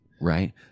right